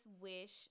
wish